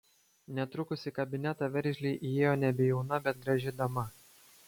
netrukus į kabinetą veržliai įėjo nebejauna bet graži dama